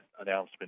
announcement